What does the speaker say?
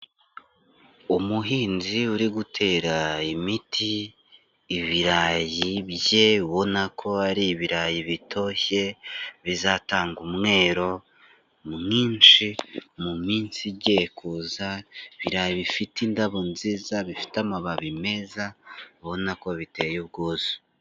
Umuhinzi uri gutera imiti ibirayi bye, ubona ko ari ibirayi bitoshye, bizatanga umwero mwinshi mu minsi igiyeye kuza, ibirayi bifite indabo nziza, bifite amababi meza, ubona ko biteye ubwuzu.